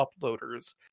uploaders